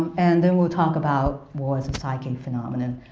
and then we'll talk about war as a psychic phenomenon,